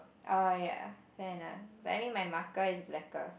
oh ya fair enough but I mean my marker is blacker